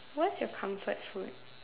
what's your comfort food